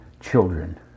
children